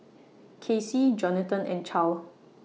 Casey Johnathan and Charle